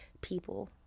people